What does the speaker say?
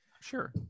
Sure